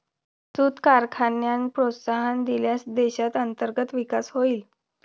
सूत कारखान्यांना प्रोत्साहन दिल्यास देशात अंतर्गत विकास होईल